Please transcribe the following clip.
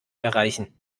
erreichen